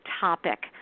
topic